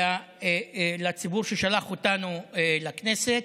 לציבור ששלח אותנו לכנסת.